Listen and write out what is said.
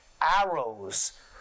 arrows